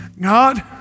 God